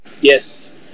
yes